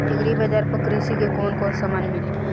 Agri Bazaar पर कृषि के कवन कवन समान मिली?